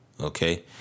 okay